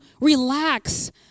relax